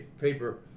paper